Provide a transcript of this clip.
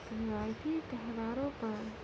روایتی تہواروں پر